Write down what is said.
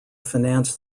finance